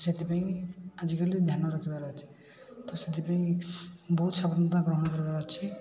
ସେଥିପାଇଁ ଆଜିକାଲି ଧ୍ୟାନ ରଖିବାର ଅଛି ତ ସେଥିପାଇଁ ବହୁତ ସାବଧାନତା ଗ୍ରହଣ କରିବାର ଅଛି